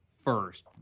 first